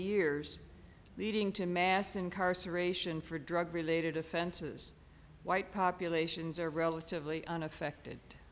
years leading to mass incarceration for drug related offenses white populations are relatively unaffected